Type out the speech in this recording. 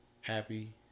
happy